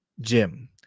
gym